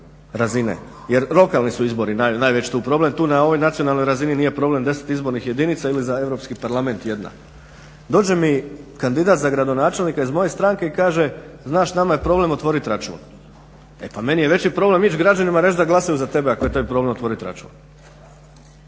razine jer lokalni su izbori najveći tu problem. Tu na ovoj nacionalnoj razini nije problem, 10 izbornih jedinica ili za Europski parlament 1. Dođe mi kandidat za gradonačelnika iz moje stranke i kaže znaš nama je problem otvoriti račun. E pa meni je veći problem ići građanima reći da glasaju za tebe ako je tebi problem otvoriti račun.